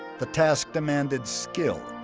the task demanded skill,